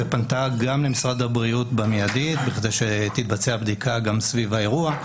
ופנתה גם למשרד הבריאות במיידי בכדי שתתבצע בדיקה גם סביב האירוע,